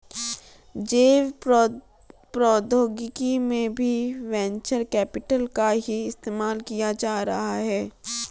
जैव प्रौद्योगिकी में भी वेंचर कैपिटल का ही इस्तेमाल किया जा रहा है